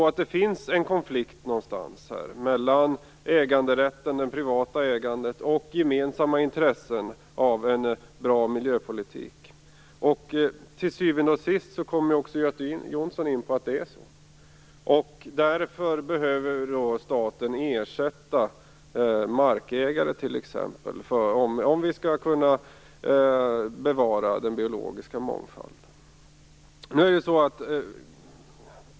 Men det finns också en konflikt någonstans mellan äganderätten, det privata ägandet och gemensamma intressen av en bra miljöpolitik - till syvende och sist kom också Göte Jonsson in på att det är så. Staten bör ersätta markägare för att den biologiska mångfalden skall kunna bevaras.